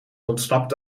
ontsnapt